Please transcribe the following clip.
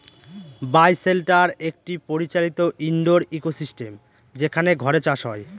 বায় shelter একটি পরিচালিত indoor ecosystem যেখানে ঘরে চাষ হয়